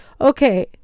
Okay